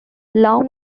long